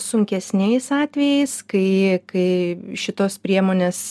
sunkesniais atvejais kai kai šitos priemonės